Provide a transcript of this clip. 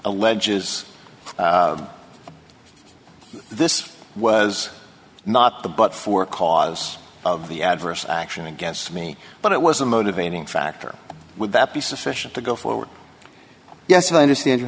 alleges this was not the but for cause of the adverse action against me but it was a motivating factor would that be sufficient to go forward yes i understand you